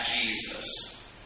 Jesus